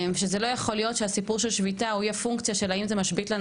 זה לא יכול להיות שהסיפור של שביתה יהיה פונקציה של האם זה משבית את